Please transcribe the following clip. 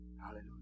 Hallelujah